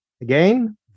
Again